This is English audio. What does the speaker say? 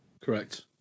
Correct